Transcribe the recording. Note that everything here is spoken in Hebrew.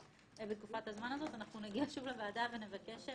ואנשים שהוכרזו כפעילי טרור לפי חוק המאבק בטרור ורשימת